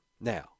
Now